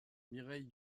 mireille